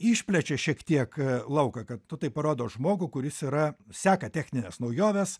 išplečia šiek tiek lauką kad tu tai parodo žmogų kuris yra seka technines naujoves